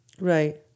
Right